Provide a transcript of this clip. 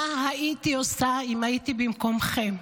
מה הייתי עושה אם הייתי במקומכם?